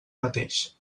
mateix